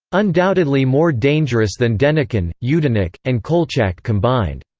undoubtedly more dangerous than denikin, yudenich, and kolchak combined.